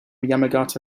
yamagata